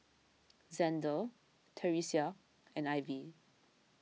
Xander theresia and Ivy